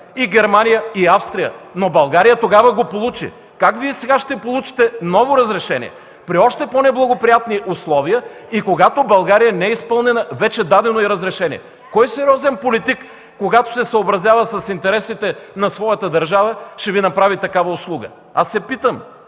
и Германия, и Австрия, но България тогава го получи. Как Вие сега ще получите ново разрешение при още по-неблагоприятни условия и когато България не е изпълнила вече дадено й разрешение?! (Шум и реплики от ГЕРБ.) Кой сериозен политик, когато се съобразява с интересите на своята държава, ще Ви направи такава услуга? Аз се питам